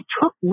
took